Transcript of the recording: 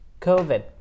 COVID